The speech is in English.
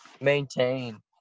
maintain